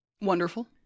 Wonderful